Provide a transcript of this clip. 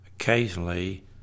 Occasionally